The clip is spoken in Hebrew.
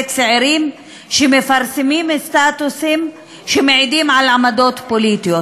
צעירים שמפרסמים סטטוסים שמעידים על עמדות פוליטיות.